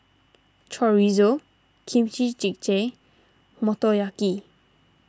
Chorizo Kimchi Jjigae Motoyaki